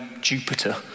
Jupiter